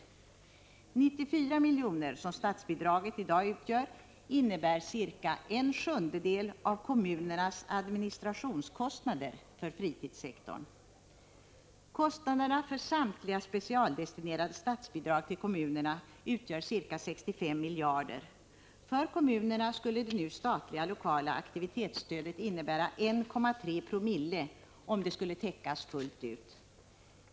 De 94 miljoner som statsbidraget i dag utgör motsvarar ca 1/7 av kommunernas administrationskostnader för fritidssektorn. Kostnaderna för samtliga specialdestinerade statsbidrag till kommunerna utgör ca 65 miljarder. För kommunerna skulle det nu statliga lokala aktivitetsstödet innebära 1,3 Zoo om de skulle täcka det fullt ut.